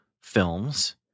films